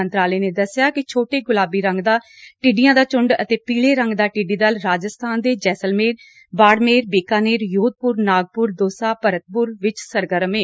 ਮੰਤਰਾਲੇ ਨੇ ਦੱਸਿਆ ਕਿ ਛੋਟੇ ਗੁਲਾਬੀ ਰੰਗ ਦਾ ਟਿੱਡੀਆਂ ਦਾ ਝੂੰਡ ਅਤੇ ਪੀਲੇ ਰੰਗ ਦਾ ਟਿੱਡੀ ਦਲ ਰਾਜਸਬਾਨ ਦੇ ਜੈਸਲਮੇਰ ਬਾੜਮੇਰ ਬੀਕਾਨੇਰ ਜੋਧਪੁਰ ਨਾਗਪੁਰ ਦੌਸਾ ਭਰਤਪੁਰ ਵਿੱਚ ਸਰਗਰਮ ਏ